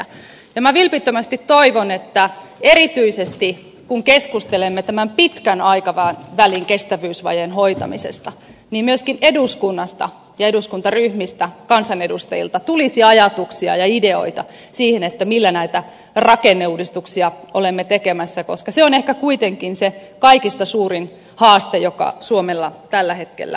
minä vilpittömästi toivon että erityisesti kun keskustelemme tämän pitkän aikavälin kestävyysvajeen hoitamisesta myöskin eduskunnasta ja eduskuntaryhmistä kansanedustajilta tulisi ajatuksia ja ideoita siihen millä näitä rakenneuudistuksia olemme tekemässä koska se on ehkä kuitenkin se kaikista suurin haaste joka suomella tällä hetkellä on